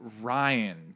Ryan